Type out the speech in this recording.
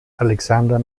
alexander